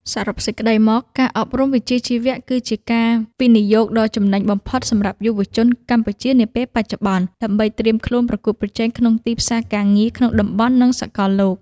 សរុបសេចក្ដីមក ការអប់រំវិជ្ជាជីវៈគឺជាការវិនិយោគដ៏ចំណេញបំផុតសម្រាប់យុវជនកម្ពុជានាពេលបច្ចុប្បន្ន ដើម្បីត្រៀមខ្លួនប្រកួតប្រជែងក្នុងទីផ្សារការងារក្នុងតំបន់ និងសកលលោក។